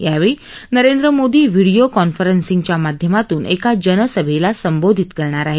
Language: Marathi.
यावेळी नरेंद्र मोदी व्हिडीओ कॉन्फरन्सिंगच्या माध्यमातून एका जनसभेला संबोधित करणार आहेत